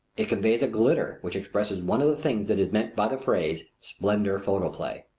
it conveys a glitter which expresses one of the things that is meant by the phrase splendor photoplay.